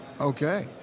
Okay